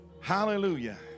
Hallelujah